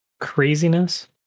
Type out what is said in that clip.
craziness